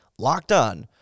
LOCKEDON